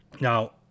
Now